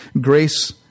Grace